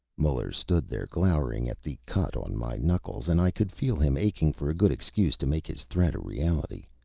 muller stood there, glowering at the cut on my knuckles, and i could feel him aching for a good excuse to make his threat a reality.